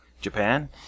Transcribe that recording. Japan